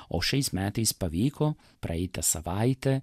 o šiais metais pavyko praeitą savaitę